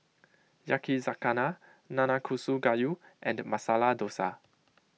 Yakizakana Nanakusa Gayu and Masala Dosa